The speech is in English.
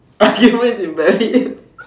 argument is invalid